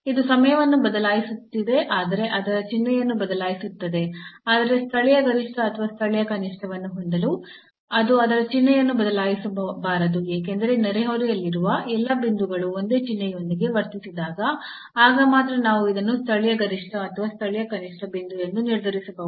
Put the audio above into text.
ಇದು ಸಮಯವನ್ನು ಬದಲಾಯಿಸುತ್ತಿದೆ ಆದರೆ ಅದರ ಚಿಹ್ನೆಯನ್ನು ಬದಲಾಯಿಸುತ್ತದೆ ಆದರೆ ಸ್ಥಳೀಯ ಗರಿಷ್ಠ ಅಥವಾ ಸ್ಥಳೀಯ ಕನಿಷ್ಠವನ್ನು ಹೊಂದಲು ಅದು ಅದರ ಚಿಹ್ನೆಯನ್ನು ಬದಲಾಯಿಸಬಾರದು ಏಕೆಂದರೆ ನೆರೆಹೊರೆಯಲ್ಲಿರುವ ಎಲ್ಲಾ ಬಿಂದುಗಳು ಒಂದೇ ಚಿಹ್ನೆಯೊಂದಿಗೆ ವರ್ತಿಸಿದಾಗ ಆಗ ಮಾತ್ರ ನಾವು ಇದನ್ನು ಸ್ಥಳೀಯ ಗರಿಷ್ಠ ಅಥವಾ ಸ್ಥಳೀಯ ಕನಿಷ್ಠ ಬಿಂದು ಎಂದು ನಿರ್ಧರಿಸಬಹುದು